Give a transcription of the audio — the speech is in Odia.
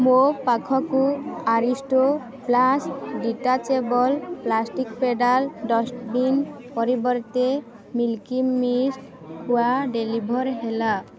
ମୋ ପାଖକୁ Aristo class detachable plastic pedal dustbin ପରିବର୍ତ୍ତେ ମିଲ୍କି ମିଷ୍ଟ୍ ଖୁଆ ଡେଲିଭର୍ ହେଲା